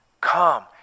Come